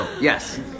Yes